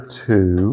two